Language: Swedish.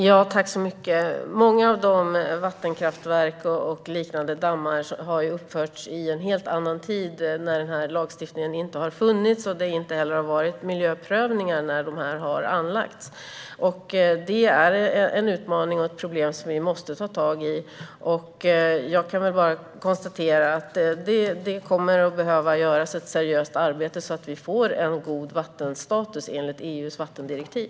Fru talman! Många vattenkraftverk och dammar har uppförts i en helt annan tid när den här lagstiftningen inte har funnits och det inte heller har gjorts miljöprövningar när de har anlagts. Det är en utmaning och ett problem som vi måste ta tag i. Jag kan bara konstatera att det kommer att behöva göras ett seriöst arbete så att vi får en god vattenstatus enligt EU:s vattendirektiv.